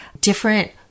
different